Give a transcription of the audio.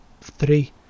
three